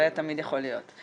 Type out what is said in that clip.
זה תמיד יכול להיות.